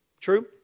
True